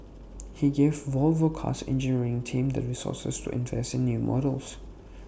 he gave Volvo car's engineering team the resources to invest in new models